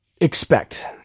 expect